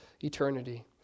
eternity